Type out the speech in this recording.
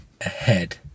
ahead